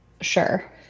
Sure